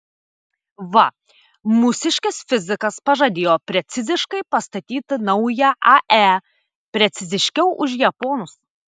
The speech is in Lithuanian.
va mūsiškis fizikas pažadėjo preciziškai pastatyti naują ae preciziškiau už japonus